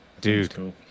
dude